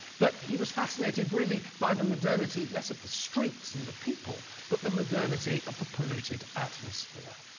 but he was fascinated, really, by the modernity less of the streets and the people, but the modernity of the polluted atmosphere.